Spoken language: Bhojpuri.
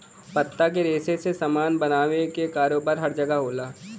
पत्ता के रेशा से सामान बनावे क कारोबार हर जगह होला